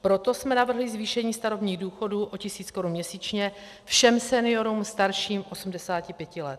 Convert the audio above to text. Proto jsme navrhli zvýšení starobních důchodů o tisíc korun měsíčně všem seniorům starším 85 let.